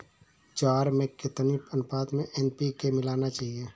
ज्वार में कितनी अनुपात में एन.पी.के मिलाना चाहिए?